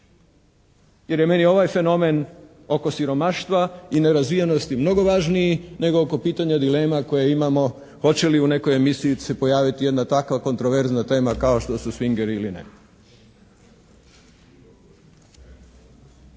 Jer je meni ovaj fenomen oko siromaštva i nerazvijenosti mnogo važniji nego oko pitanja dilema koje imamo hoće li u nekoj emisiji se pojaviti jedna takva kontraverzna tema kao što su swingeri ili ne.